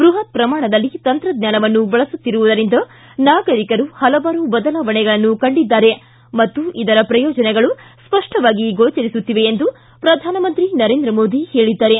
ಬೃಹತ್ ಪ್ರಮಾಣದಲ್ಲಿ ತಂತ್ರಜ್ಞಾನವನ್ನು ಬಳಸುತ್ತಿರುವುದರಿಂದ ನಾಗರಿಕರು ಹಲವಾರು ಬದಲಾವಣೆಗಳನ್ನು ಕಂಡಿದ್ದಾರೆ ಮತ್ತು ಇದರ ಪ್ರಯೋಜನಗಳು ಸ್ಪಷ್ಟವಾಗಿ ಗೋಚರಿಸುತ್ತಿವೆ ಎಂದು ಪ್ರಧಾನಮಂತ್ರಿ ನರೇಂದ್ರ ಮೋದಿ ಹೇಳಿದ್ದಾರೆ